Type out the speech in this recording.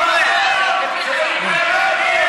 אל תדבר איתי ותדבר בטלפון.